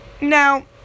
Now